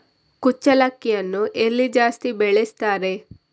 ಕುಚ್ಚಲಕ್ಕಿಯನ್ನು ಎಲ್ಲಿ ಜಾಸ್ತಿ ಬೆಳೆಸ್ತಾರೆ?